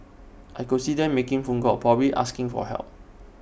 I could see them making phone calls probably asking for help